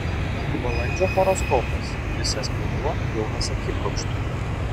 balandžio horoskopas visas mėnuo pilnas akibrokštų